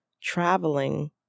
traveling